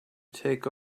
take